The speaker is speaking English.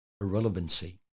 irrelevancy